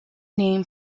name